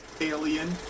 alien